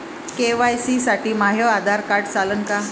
KYC साठी माह्य Aadhaar card चालन का?